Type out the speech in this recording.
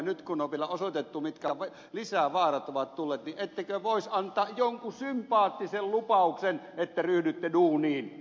nyt kun on vielä osoitettu mitkä lisävaarat ovat tulleet niin ettekö voisi antaa jonkun sympaattisen lupauksen että ryhdytte duuniin heti